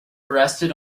arrested